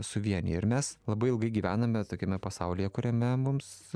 suvienija ir mes labai ilgai gyvename tokiame pasaulyje kuriame mums